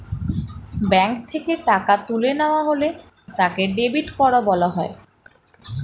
bank থেকে টাকা তুলে নেওয়া হলে তাকে ডেবিট করা বলা হয়